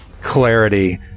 clarity